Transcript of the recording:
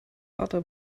butter